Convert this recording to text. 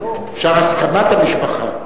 אפשר, את הסכמת המשפחה.